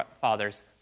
father's